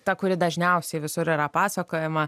ta kuri dažniausiai visur yra pasakojama